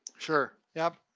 sure. yep,